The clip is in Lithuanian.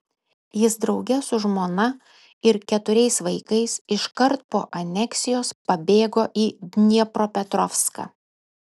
jis drauge su žmona ir keturiais vaikais iškart po aneksijos pabėgo į dniepropetrovską